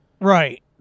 Right